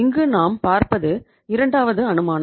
இங்கு நாம் பார்ப்பது இரண்டாவது அனுமானம்